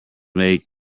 make